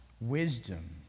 wisdom